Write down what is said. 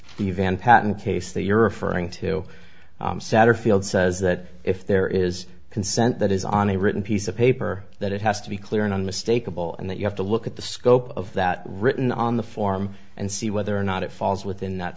the van patten case that you're referring to satterfield says that if there is consent that is on a written piece of paper that it has to be clear and unmistakable and that you have to look at the scope of that written on the form and see whether or not it falls within that